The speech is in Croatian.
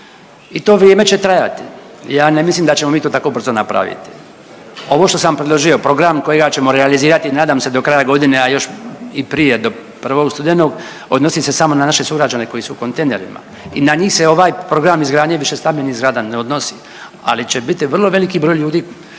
I to vrijeme će trajati, ja ne mislim da ćemo mi to tako brzo napraviti. Ovo što sam predložio, program kojega ćemo realizirati nadam se do kraja godine, a još i prije do 1. studenog odnosi se samo na naše sugrađane koji su u kontejnerima. I na njih se ovaj program izgradnje višestambenih zgrada ne odnosi, ali će biti vrlo veliki broj ljudi,